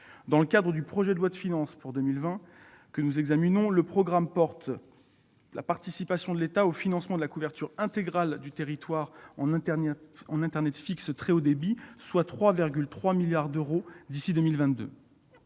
Dans le cadre du projet de loi de finances pour 2020, le programme prévoit la participation de l'État au financement de la couverture intégrale du territoire en internet fixe très haut débit, soit 3,3 milliards d'euros d'ici à 2022.